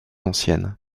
anciennes